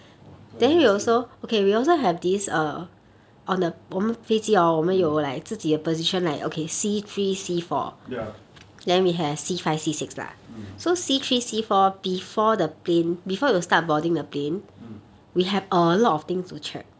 !wah! quite interesting mm ya mm mm